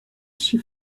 she